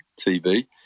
TV